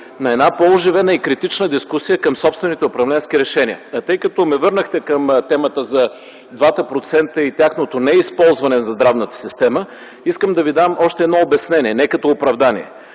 на една по-оживена и критична дискусия към собствените управленски решения. Тъй като ме върнахте към темата за двата процента и тяхното неизползване за здравната система, искам да Ви дам още едно обяснение – не като оправдание.